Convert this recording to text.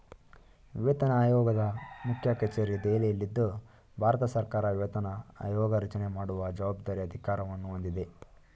ವೇತನಆಯೋಗದ ಮುಖ್ಯಕಚೇರಿ ದೆಹಲಿಯಲ್ಲಿದ್ದು ಭಾರತಸರ್ಕಾರ ವೇತನ ಆಯೋಗರಚನೆ ಮಾಡುವ ಜವಾಬ್ದಾರಿ ಅಧಿಕಾರವನ್ನು ಹೊಂದಿದೆ